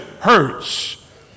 hurts